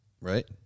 Right